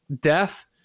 death